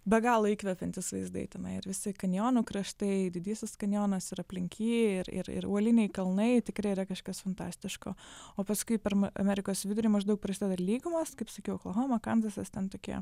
be galo įkvepiantys vaizdai tenai ir visi kanjonų kraštai didysis kanjonas ir aplink ji ir ir uoliniai kalnai tikrai yra kažkas fantastiško o paskui per amerikos vidurį maždaug prasideda lygumos kaip sakiau oklahoma kanzasas ten tokie